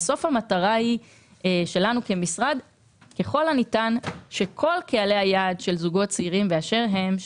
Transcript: בסוף המטרה שלנו כמשרד היא שכל קהלי היעד של זוגות צעירים באשר הם,